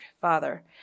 Father